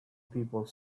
people